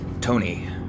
Tony